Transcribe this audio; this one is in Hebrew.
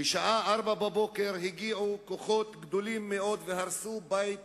בשעה 04:00, הגיעו כוחות גדולים מאוד והרסו בית